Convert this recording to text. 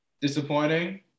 disappointing